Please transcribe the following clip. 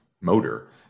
motor